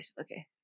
Okay